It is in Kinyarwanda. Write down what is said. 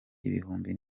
ibihumbi